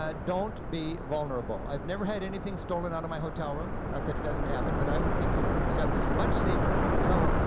ah don't be vulnerable. i've never had anything stolen out of my hotel room, not that it doesn't happen, but i would think your stuff is much safer in the hotel room,